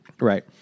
Right